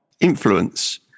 influence